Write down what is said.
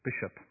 bishop